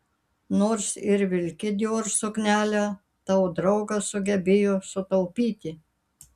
nors ir vilki dior suknelę tavo draugas sugebėjo sutaupyti